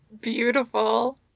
beautiful